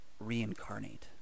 reincarnate